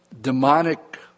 demonic